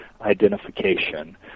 identification